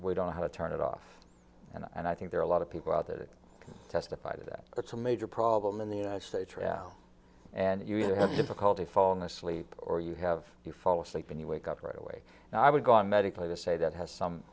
we don't know how to turn it off and i think there are a lot of people out there that can testify that it's a major problem in the united states right now and you have difficulty falling asleep or you have you fall asleep and you wake up right away and i would go on medically to say that has some